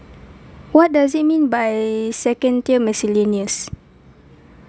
what does it mean by second tier miscellaneous